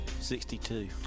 62